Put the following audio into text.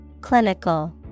clinical